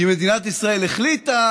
כי מדינת ישראל החליטה